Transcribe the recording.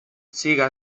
siga